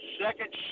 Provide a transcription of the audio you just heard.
second